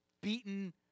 beaten